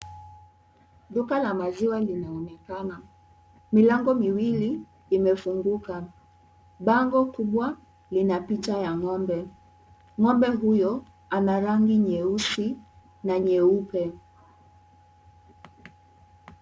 Duka la maziwa linaonekana. Milango miwili imefunguka. Bango kubwa lina picha ya ng'ombe. Ng'ombe huyo ana rangi nyeusi na nyeupe.